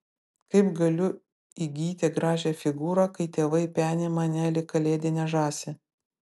kaip galiu įgyti gražią figūrą kai tėvai peni mane lyg kalėdinę žąsį